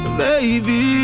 baby